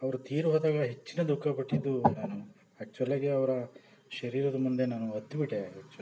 ಅವರು ತೀರಿ ಹೋದಾಗ ಹೆಚ್ಚಿನ ದುಃಖ ಪಟ್ಟಿದ್ದು ನಾನು ಆ್ಯಕ್ಚುಲಾಗಿ ಅವರ ಶರೀರದ ಮುಂದೆ ನಾನು ಅತ್ತುಬಿಟ್ಟೆ ಆ್ಯಕ್ಚುಲಾಗಿ